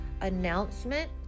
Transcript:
announcement